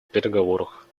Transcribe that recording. переговорах